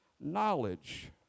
knowledge